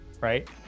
right